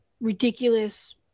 ridiculous